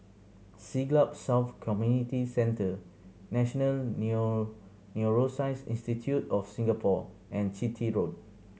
Siglap South Community Centre National New Neuroscience Institute of Singapore and Chitty Road